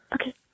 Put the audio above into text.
Okay